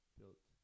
Built